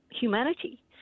humanity